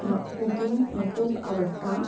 cooking हें खूब आवडटा